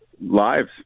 lives